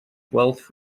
wealth